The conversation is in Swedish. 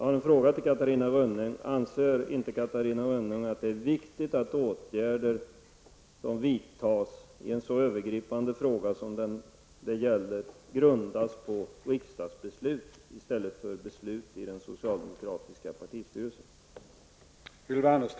Jag vill fråga Catarina Rönnung om hon inte anser det viktigt att åtgärder som vidtas i en så övergripande fråga som det här gäller grundas på riksdagsbeslut i stället för beslut i den socialdemokratiska partistyrelsen.